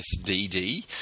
SDD